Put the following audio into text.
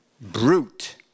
brute